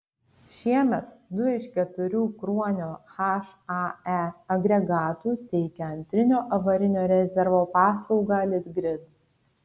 šiemet du iš keturių kruonio hae agregatų teikia antrinio avarinio rezervo paslaugą litgrid